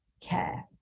care